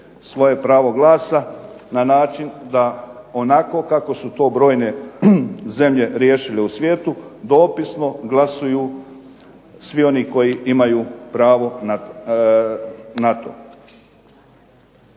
svoje pravo glasa, na način da onako kako su to brojne zemlje riješile u svijetu, dopisno glasuju svi oni koji imaju pravo na to.